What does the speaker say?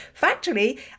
factually